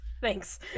thanks